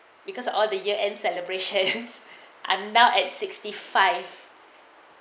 because all the year end celebrations I'm now at sixty five